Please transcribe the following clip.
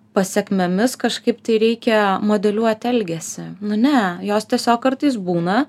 pasekmėmis kažkaip tai reikia modeliuoti elgesį nu ne jos tiesiog kartais būna